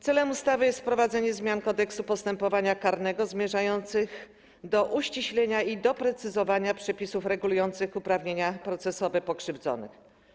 Celem ustawy jest wprowadzenie zmian w Kodeksie postępowania karnego zmierzających do uściślenia i doprecyzowania przepisów regulujących uprawnienia procesowe pokrzywdzonych.